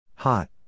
Hot